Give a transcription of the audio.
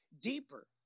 deeper